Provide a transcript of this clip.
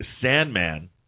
Sandman